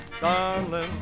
darling